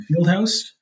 Fieldhouse